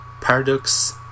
Paradox